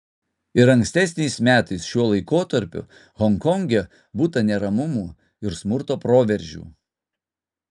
ir ankstesniais metais šiuo laikotarpiu honkonge būta neramumų ir smurto proveržių